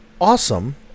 awesome